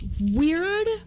weird